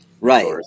right